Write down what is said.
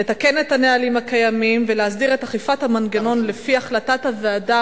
לתקן את הנהלים הקיימים ולהסדיר את אכיפת המנגנון לפי החלטת הוועדה,